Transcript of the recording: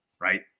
Right